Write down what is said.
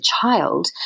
child